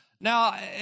Now